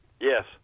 Yes